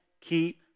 keep